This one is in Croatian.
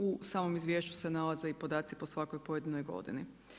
U samom izvješću se nalaze i podaci po svakoj pojedinoj godini.